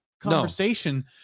conversation